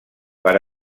per